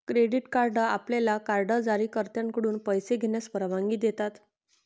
credit card आपल्याला card जारीकर्त्याकडून पैसे घेण्यास परवानगी देतात